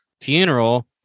funeral